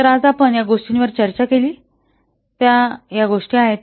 तर आज आपण ज्या गोष्टींवर चर्चा केली त्या या गोष्टी आहेत